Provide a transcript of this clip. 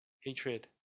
hatred